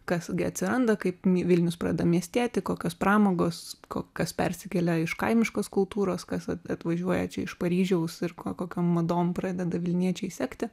kas gi atsiranda kaip vilnius pradeda miestėti kokios pramogos kas persikelia iš kaimiškos kultūros kas atvažiuoja čia iš paryžiaus ir ko kokiom madom pradeda vilniečiai sekti